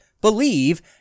believe